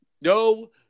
no